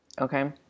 Okay